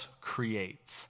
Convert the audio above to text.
creates